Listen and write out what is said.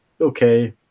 okay